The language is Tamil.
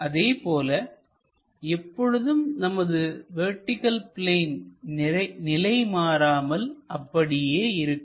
அதேபோல எப்பொழுதும் நமது வெர்டிகள் பிளேன் நிலை மாறாமல் அப்படியே இருக்கும்